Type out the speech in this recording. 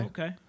Okay